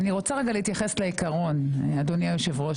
אני רוצה רגע להתייחס לעיקרון, אדוני היושב-ראש.